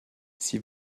sie